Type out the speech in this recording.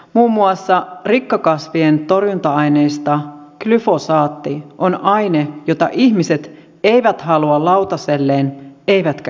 muun muassa rikkakasvien torjunta aineista glyfosaatti on aine jota ihmiset eivät halua lautaselleen eivätkä iholleen